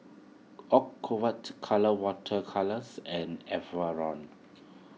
Ocuvite Colora Water Colours and Enervon